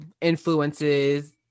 influences